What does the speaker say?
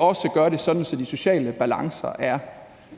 også gør det sådan, at de sociale balancer er